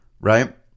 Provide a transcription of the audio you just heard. right